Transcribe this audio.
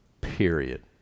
period